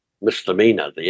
misdemeanor